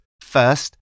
First